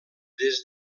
des